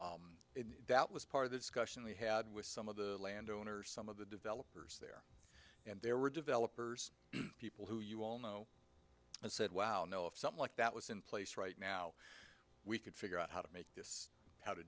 will that was part of the discussion we had with some of the landowners some of the developers and there were developers people who you all know and said wow no if something like that was in place right now we could figure out how to make this how to